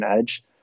edge